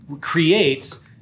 creates